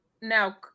now